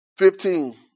Fifteen